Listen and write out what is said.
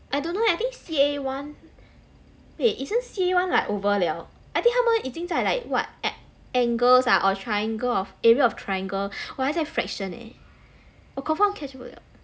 I don't know eh I think C_A one wait isn't C_A one like over liao I think 他们已经在 like what an~ angles ah or triangle of area of triangle 我还在 fraction eh 我 confirm catch 不了